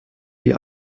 wie